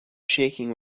shaking